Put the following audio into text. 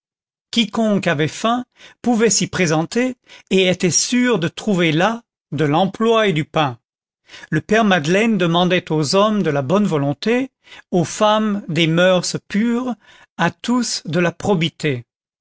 quiconque avait faim pouvait s'y présenter et était sûr de trouver là de l'emploi et du pain le père madeleine demandait aux hommes de la bonne volonté aux femmes des moeurs pures à tous de la probité